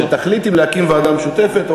שתחליט אם להקים ועדה משותפת,